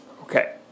Okay